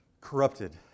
corrupted